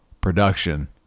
production